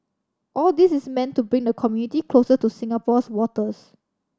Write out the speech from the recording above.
all this is meant to bring the community closer to Singapore's waters